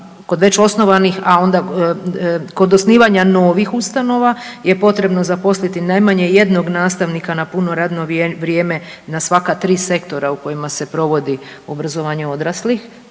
kod već osnovanih a onda kod osnivanja novih ustanova je potrebno zaposliti najmanje jednog nastavnika na puno radno vrijeme na svaka tri sektora u kojima se provodi obrazovanje odraslih.